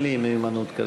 אין לי מיומנות כזאת.